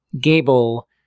Gable